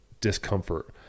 discomfort